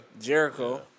Jericho